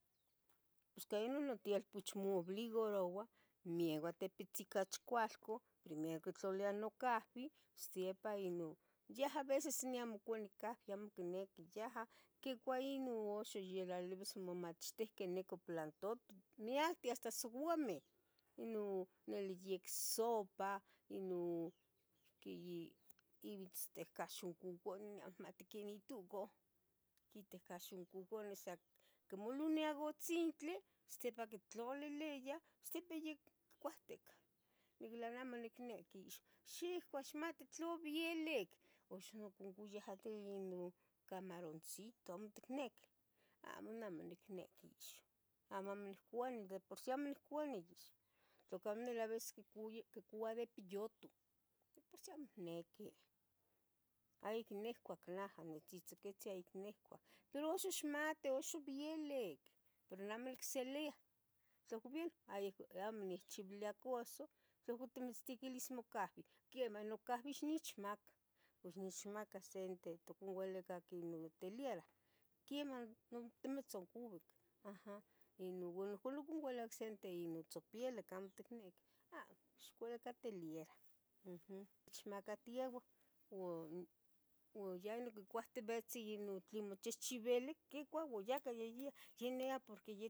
Pos quemah notielpoch moobligaroua mieua tipitzi cachi cualca, primero quitlalia nocahbih sepa ino, yeh a veces niamo coni cahbih yeh amo quiniqui yaha quicua ixo ino tlailibis momachtihqui nican plantoto miacten hasta souameh ino yac sopa, ino quiyibitzteca xohcoconeh amo niquimati quenih nitucu quiiteca xoncoconeh quimoloniah utzintli osipa quitlaliliah osipa yaiccuahticah niquiluia neh amo nicniqui, xihcua ixmati tlayeh bielic, ux imocuiah ino camaroncito amo ticnequeh, amo nah amo nicniqui, amo nicuani de por si amo cuani tlacamo aves quicua quicua de piyutu de por si amo nique ayic nicua naha de tztziquitzin ayic nihcua, pero axa ixmati axa ixbielic pero neh amo nicslia tlahco bueno amo nicchiuilia caso, tlahco nimitztequilis mocabi, quemah non cabi ixnechma ua ixnechmaca sente toconualica ino teliera, quemah ino mitzoncuic aha ino ua ohcon nihqui oncualicac nosente inotzopielic amo ticniqui, amo ixcualica teliera umm nechmacatieua u uya niccuatibitzi inon tle mochichibili belic quicua ua yahca yaniah, yaniah porque